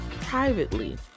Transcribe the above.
privately